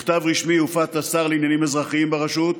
מכתב רשמי הופץ לשר לעניינים אזרחיים ברשות,